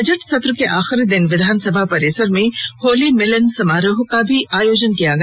budget सत्र के आखिरी दिन विधानसभा परिसर में होली मिलन समारोह का भी आयोजन किया गया